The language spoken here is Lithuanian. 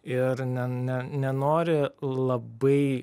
ir ne ne nenori labai